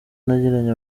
nagiranye